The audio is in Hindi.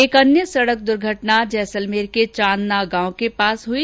एक अन्य सड़क दुर्घटना जैसलमेर के चांदना गांव के पास हुई